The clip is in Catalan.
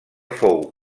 fou